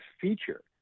feature